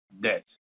debt